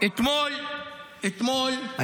אתמול --- ויי ויי.